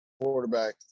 quarterback